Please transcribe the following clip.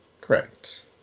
Correct